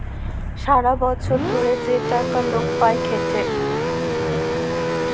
ছারা বচ্ছর ধ্যইরে যে টাকা লক পায় খ্যাইটে